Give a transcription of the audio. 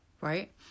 right